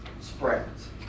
spreads